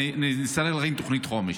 ואין תוכנית חומש.